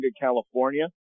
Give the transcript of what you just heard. California